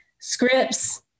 scripts